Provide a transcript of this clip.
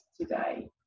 today